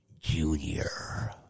Junior